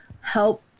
help